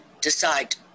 decide